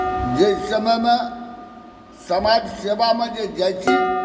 जाहि समयमे समाज सेवामे जे जाइ छी